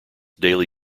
daily